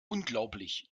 unglaublich